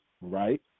right